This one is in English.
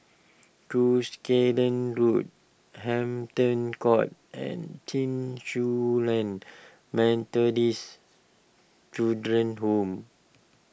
Cuscaden Road Hampton Court and Chen Su Lan Methodist Children's Home